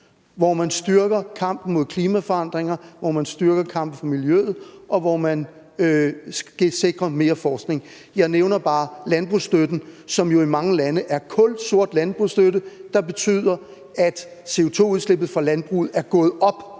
hvor man styrker kampen mod klimaforandringer, hvor man styrker kampen for miljøet, og hvor man sikrer mere forskning? Jeg nævner bare landbrugsstøtten, som jo i mange lande er kulsort landbrugsstøtte, der betyder, at CO2-udslippet fra landbruget er gået op